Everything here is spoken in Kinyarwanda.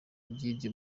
ryacyo